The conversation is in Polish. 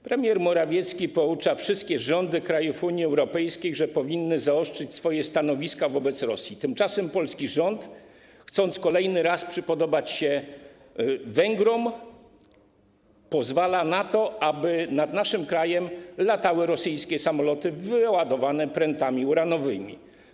Premier Morawiecki poucza wszystkie rządy krajów Unii Europejskiej, że powinny zaostrzyć swoje stanowiska wobec Rosji, tymczasem polski rząd, chcąc kolejny raz przypodobać się Węgrom, pozwala na to, aby nad naszym krajem latały rosyjskie samoloty wyładowane prętami uranowymi.